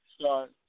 start